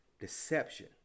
deception